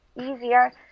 easier